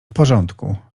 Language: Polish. porządku